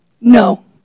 No